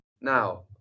Now